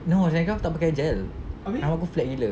no secondary school aku tak pakai gel rambut aku flat gila